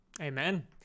Amen